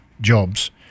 jobs